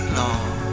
long